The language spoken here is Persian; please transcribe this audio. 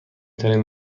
ترین